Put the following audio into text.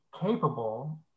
capable